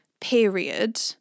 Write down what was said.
period